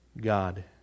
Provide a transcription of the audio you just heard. God